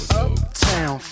uptown